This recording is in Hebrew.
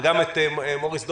ונשמע גם את מוריס דורפמן.